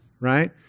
right